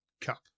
cup